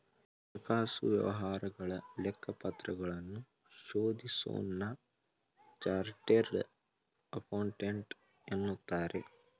ಹಣಕಾಸು ವ್ಯವಹಾರಗಳ ಲೆಕ್ಕಪತ್ರಗಳನ್ನು ಶೋಧಿಸೋನ್ನ ಚಾರ್ಟೆಡ್ ಅಕೌಂಟೆಂಟ್ ಎನ್ನುತ್ತಾರೆ